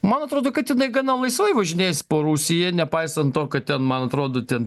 man atrodo kad jinai gana laisvai važinėjasi po rusiją nepaisant to kad ten man atrodo ten